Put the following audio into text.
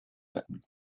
werden